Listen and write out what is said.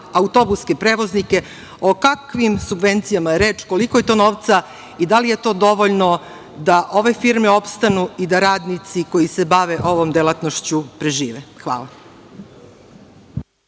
autobuske prevoznike. O kakvim subvencijama je reč, koliko je to novca i da li je to dovoljno da ove firme opstanu i da radnici koji se bave ovom delatnošću prežive? Hvala.